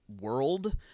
world